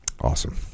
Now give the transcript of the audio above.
Awesome